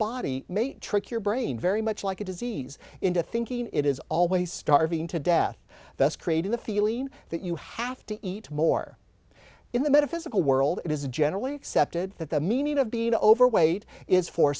body may trick your brain very much like a disease into thinking it is always starving to death thus creating the feeling that you have to eat more in the metaphysical world it is generally accepted that the meaning of being overweight is for